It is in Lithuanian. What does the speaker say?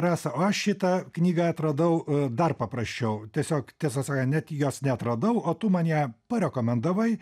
rasa o aš šitą knygą atradau dar paprasčiau tiesiog tiesą sakant net jos neatradau o tu man ją parekomendavai